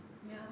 ya